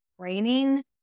training